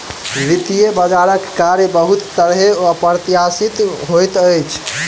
वित्तीय बजारक कार्य बहुत तरहेँ अप्रत्याशित होइत अछि